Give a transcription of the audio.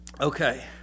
okay